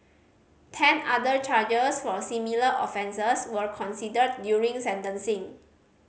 ten other charges for similar offences were considered during sentencing